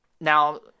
now